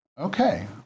okay